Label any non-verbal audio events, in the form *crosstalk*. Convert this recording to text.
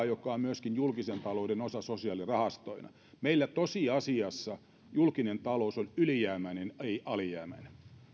*unintelligible* joka on myöskin julkisen talouden osa sosiaalirahastoina meillä tosiasiassa julkinen talous on ylijäämäinen ei alijäämäinen